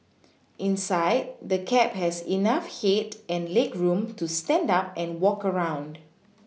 inside the cab has enough head and legroom to stand up and walk around